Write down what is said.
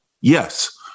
Yes